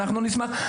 אנחנו נשמח.